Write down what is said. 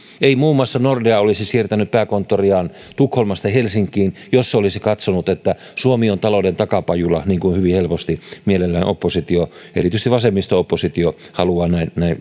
ei muun muassa nordea olisi siirtänyt pääkonttoriaan tukholmasta helsinkiin jos se olisi katsonut että suomi on talouden takapajula niin kuin hyvin helposti mielellään oppositio erityisesti vasemmisto oppositio haluaa